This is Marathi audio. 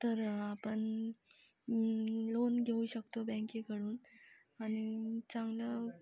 तर आपण लोन घेऊ शकतो बँकेकडून आणि चांगलं